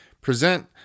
present